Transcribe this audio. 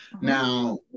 Now